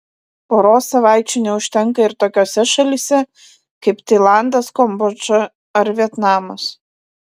poros savaičių neužtenka ir tokiose šalyse kaip tailandas kambodža ar vietnamas